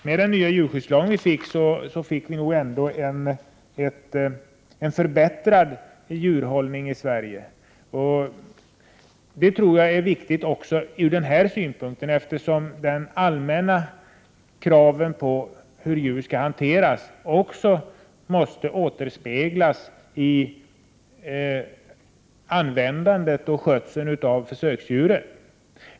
Med den nya djurskyddslagen fick vi nog ändå en förbättrad djurhållning i Sverige. Jag tror att det är viktigt också ur denna synpunkt, eftersom de allmänna kraven på hur djur skall hanteras måste återspeglas i användandet och skötseln av försöksdjur.